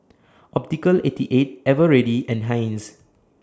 Optical eighty eight Eveready and Heinz